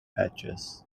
hatches